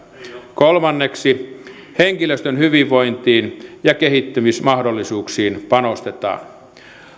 kolmanneksi henkilöstön hyvinvointiin ja kehittymismahdollisuuksiin panostetaan